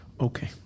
Okay